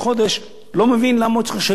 לא מבין למה הוא צריך לשלם אגרת טלוויזיה.